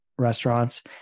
restaurants